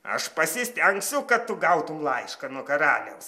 aš pasistengsiu kad tu gautum laišką nuo karaliaus